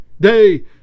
day